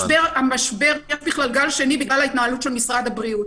המשבר של הגל השני הוא בגלל ההתנהלות של משרד הבריאות.